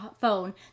phone